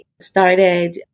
started